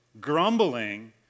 Grumbling